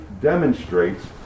demonstrates